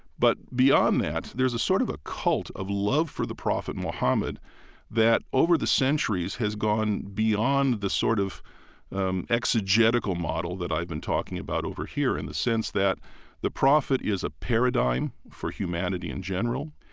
but beyond that, there's sort of a cult of love for the prophet muhammad that over the centuries has gone beyond the sort of exegetical model that i've been talking about over here in the sense that the prophet is a paradigm for humanity in general,